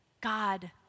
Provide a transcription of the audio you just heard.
God